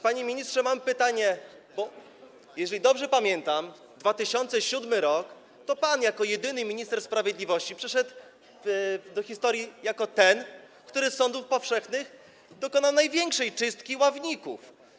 Panie ministrze, mam pytanie, bo jeżeli dobrze pamiętam 2007 r., to pan jako jedyny minister sprawiedliwości przeszedł do historii jako ten, który w sądach powszechnych dokonał największej czystki ławników.